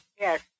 Yes